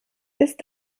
ist